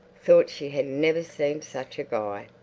thought she had never seen such a guy.